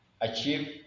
achieve